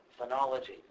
phonology